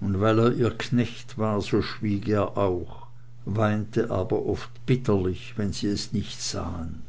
und weil er ihr knecht war so schwieg er auch weinte aber oft bitterlich wenn sie es nicht sahen